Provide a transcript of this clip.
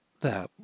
There